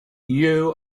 you